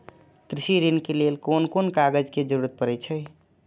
कृषि ऋण के लेल कोन कोन कागज के जरुरत परे छै?